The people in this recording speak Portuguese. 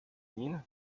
nina